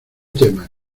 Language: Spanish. temas